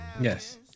Yes